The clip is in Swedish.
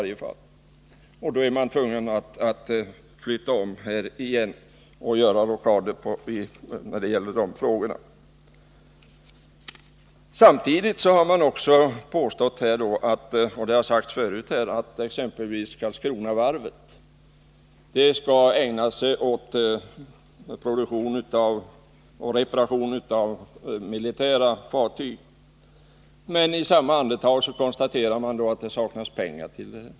Då är man tvungen att göra rockader igen. Samtidigt har man också påstått — det har sagts förut — att Karlskronavarvet skall ägna sig åt tillverkning och reparation av militära fartyg. I samma andetag konstaterar man dock att det saknas pengar till detta.